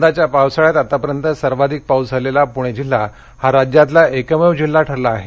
यंदाच्या पावसाळ्यात आतापर्यंत सर्वाधिक पाऊस झालेला पुणे जिल्हा हा राज्यातला एकमेव जिल्हा ठरला आहे